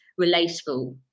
relatable